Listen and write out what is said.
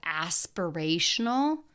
aspirational